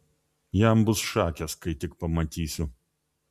jam bus šakės kai tik pamatysiu